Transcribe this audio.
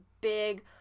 big